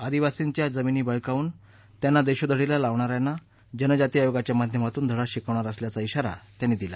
आदीवासींच्या जमीनी बळकावून त्यांना देशोधडीला लावणाऱ्यांना जनजाती आयोगाच्या माध्यमातून धडा शिकवणार असल्याचा इशारा त्यांनी दिला